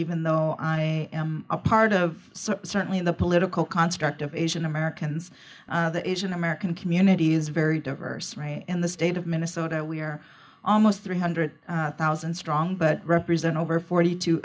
even though i am a part of so certainly in the political construct of asian americans american community is very diverse right in the state of minnesota we are almost three hundred thousand strong but represent over forty two